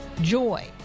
joy